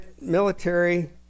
military